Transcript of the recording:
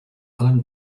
alan